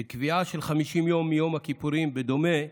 בקביעה של 50 יום מיום הכיפורים, בדומה,